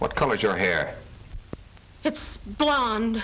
what color is your air it's blond